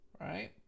right